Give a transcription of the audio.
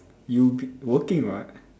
you working what